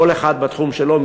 כל אחד בתחום שלו,